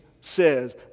says